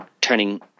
turning